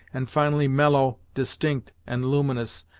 and finally mellow, distinct and luminous,